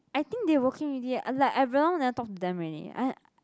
I think they working already I like I very long never talk to them already I